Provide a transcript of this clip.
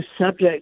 subject